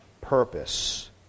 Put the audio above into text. purpose